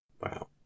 Wow